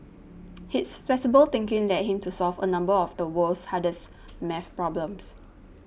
his flexible thinking led him to solve a number of the world's hardest maths problems